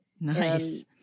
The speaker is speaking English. Nice